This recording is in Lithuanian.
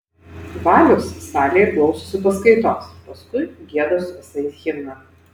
valius salėje klausosi paskaitos paskui gieda su visais himną